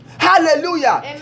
Hallelujah